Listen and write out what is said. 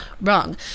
Wrong